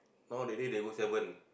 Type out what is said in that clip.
now really they go seven